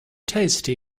tasty